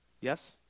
Yes